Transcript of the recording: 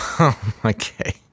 Okay